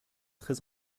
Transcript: très